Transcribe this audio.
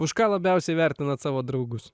už ką labiausiai vertinat savo draugus